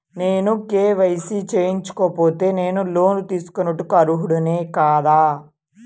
నేను కే.వై.సి చేయించుకోకపోతే నేను లోన్ తీసుకొనుటకు అర్హుడని కాదా?